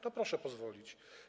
To proszę pozwolić.